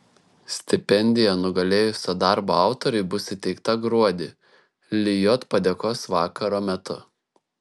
stipendija nugalėjusio darbo autoriui bus įteikta gruodį lijot padėkos vakaro metu